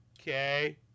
Okay